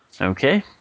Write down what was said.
Okay